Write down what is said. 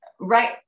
right